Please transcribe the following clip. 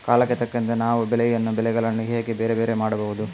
ಕಾಲಕ್ಕೆ ತಕ್ಕಂತೆ ನಾವು ಬೆಳೆಯುವ ಬೆಳೆಗಳನ್ನು ಹೇಗೆ ಬೇರೆ ಬೇರೆ ಮಾಡಬಹುದು?